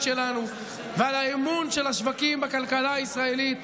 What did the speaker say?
שלנו ועל האמון של השווקים בכלכלה הישראלית ובממשלה,